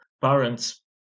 Parents